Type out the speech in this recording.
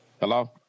Hello